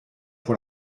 pour